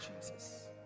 Jesus